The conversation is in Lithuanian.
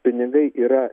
pinigai yra